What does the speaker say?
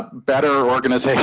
better organization